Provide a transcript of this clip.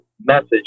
message